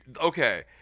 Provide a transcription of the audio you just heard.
Okay